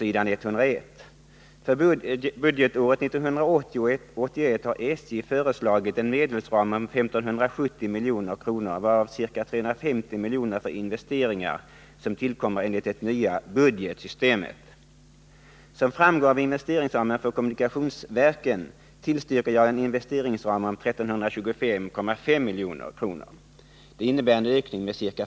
9, s. 101: ”För budgetåret 1980/81 har SJ föreslagit en medelsram om 1570 milj.kr., varav ca. 350 milj.kr. för investeringar som tillkommer enligt det nya budgetsystemet. Som framgår av investeringsramen för kommunikationsverken tillstyrker jag en investeringsram om 1325,5 milj.kr. Det innebär en ökning med ca.